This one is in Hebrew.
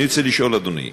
אני רוצה לשאול, אדוני: